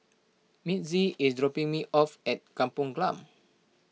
Mitzi is dropping me off at Kampong Glam